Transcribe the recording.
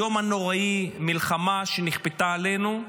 היום הנוראי, מלחמה שנכפתה עלינו.